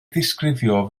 ddisgrifio